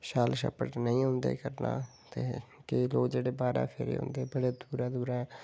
छल शप्ट नेईं औंदा करना ते केईं लोक जेह्ड़े बाह्रा फिरी ओंदे बड़े दूरा दूरा